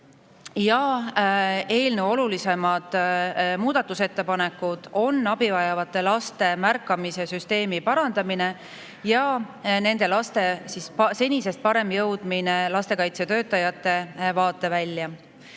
Eelnõu olulisemad muudatusettepanekud on abi vajavate laste märkamise süsteemi parandamine ja nende laste senisest parem jõudmine lastekaitsetöötajate vaatevälja.